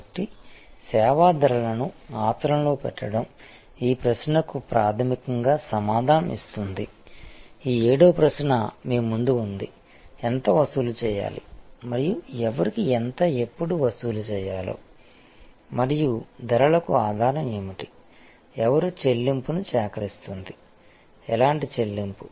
కాబట్టి సేవా ధరలను ఆచరణలో పెట్టడం ఈ ప్రశ్నకు ప్రాథమికంగా సమాధానం ఇస్తుంది ఈ ఏడవ ప్రశ్న మీ ముందు ఉంది ఎంత వసూలు చేయాలి మరియు ఎవరికి ఎంత ఎప్పుడు వసూలు చేయాలో మరియు ధరలకు ఆధారం ఏమిటి ఎవరు చెల్లింపును సేకరిస్తుంది ఎలాంటి చెల్లింపు